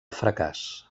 fracàs